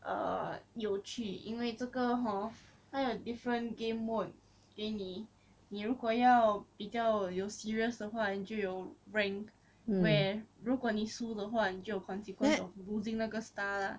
uh 有趣因为这个 hor 他有 different game mode 给你你如果要比较有 serious 的话你就有 rank when 如如果你输的话你就有 consequence of losing 那个 star lah